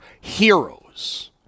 heroes